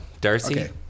Darcy